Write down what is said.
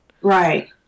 right